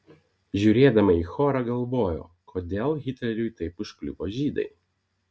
žiūrėdama į chorą galvojau kodėl hitleriui taip užkliuvo žydai